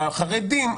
החרדים,